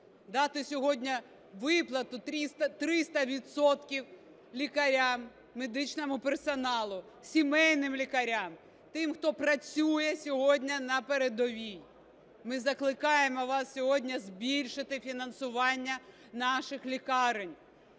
дати сьогодні виплату 300 відсотків лікарям, медичному персоналу, сімейним лікарям, тим, хто працює сьогодні на передовій. Ми закликаємо вас сьогодні збільшити фінансування наших лікарень.